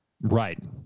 Right